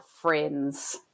friends